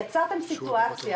יצרתם סיטואציה,